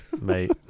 mate